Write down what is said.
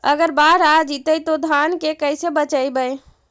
अगर बाढ़ आ जितै तो धान के कैसे बचइबै?